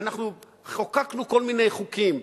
אנחנו חוקקנו כל מיני חוקים,